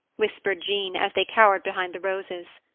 whispered jean, as they cowered behind the roses.